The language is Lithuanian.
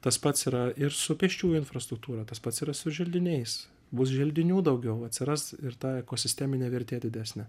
tas pats yra ir su pėsčiųjų infrastruktūra tas pats yra su želdiniais bus želdinių daugiau atsiras ir ta ekosisteminė vertė didesnė